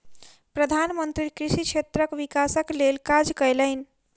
प्रधान मंत्री कृषि क्षेत्रक विकासक लेल काज कयलैन